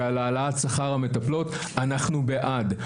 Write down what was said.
ועל העלאת שכר המטפלות אנחנו בעד.